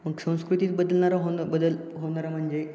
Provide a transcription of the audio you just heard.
मग संस्कृतीत बदलणारा होणं बदल होणारा म्हणजे